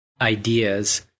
ideas